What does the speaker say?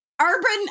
Urban